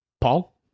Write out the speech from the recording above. Paul